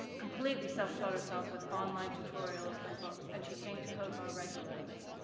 completely self-taught herself with online tutorials and books and she came to codebar regularly.